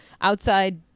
outside